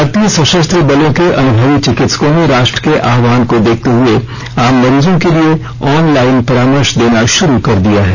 भारतीय सशस्त्र बलों के अनुभवी चिकित्सकों ने राष्ट्र के आहवान को देखते हुए आम मरीजों के लिए ऑनलाइन परामर्श देना शुरू कर दिया है